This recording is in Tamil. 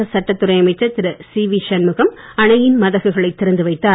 தமிழக சட்டத்துறை அமைச்சர் திரு சிவி சண்முகம் அணையின் மதகுகளை திறந்து வைத்தார்